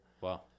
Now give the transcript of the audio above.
Wow